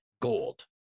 gold